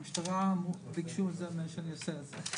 המשטרה ביקשו שאני אעשה את זה,